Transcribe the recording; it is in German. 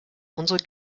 unsere